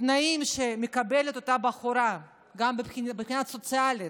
התנאים שמקבלת אותה בחורה מבחינה סוציאלית,